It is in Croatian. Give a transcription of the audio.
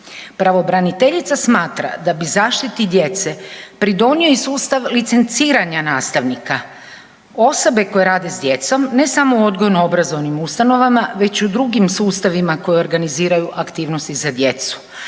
Pravobraniteljica smatra da bi zaštiti djece pridonio i sustav licenciranja nastavnika, osobe koje rade s djecom ne samo u odgojno obrazovnim ustanovama već i u drugim sustavima koje organiziraju aktivnosti za djecu